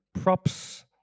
props